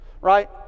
right